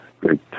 great